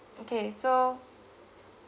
okay so